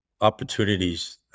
opportunities